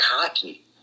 cocky